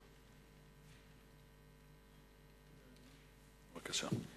בבקשה.